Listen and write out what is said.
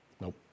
nope